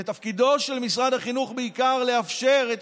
ותפקידו של משרד החינוך בעיקר לאפשר את